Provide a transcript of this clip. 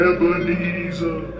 Ebenezer